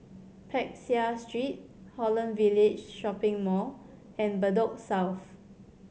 Peck Seah Street Holland Village Shopping Mall and Bedok South